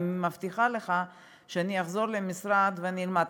אני מבטיחה לך שאני אחזור למשרד ואלמד.